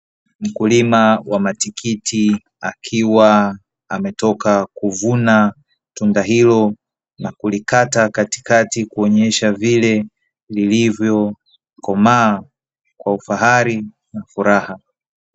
Mkulima wa matikiti akiwa ametoka kuvuna tunda hilo na kulikata katikati, kuonyesha vile lilivyokomaa kwa ufahari na furaha.